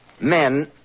men